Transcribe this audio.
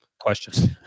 questions